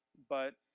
but,